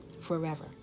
forever